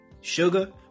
Sugar